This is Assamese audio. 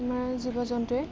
আমাৰ জীৱ জন্তুৱে